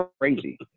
crazy